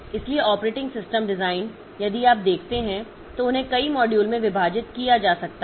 इसलिए operating system design यदि आप देखते हैं तो उन्हें कई मॉड्यूल में विभाजित किया जा सकता है